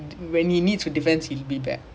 he's legit always running in rounds